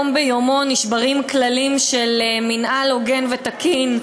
יום ביומו נשברים כללים של מינהל הוגן ותקין,